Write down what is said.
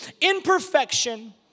imperfection